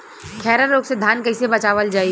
खैरा रोग से धान कईसे बचावल जाई?